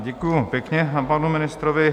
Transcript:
Děkuji pěkně panu ministrovi.